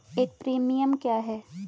एक प्रीमियम क्या है?